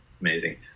Amazing